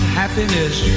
happiness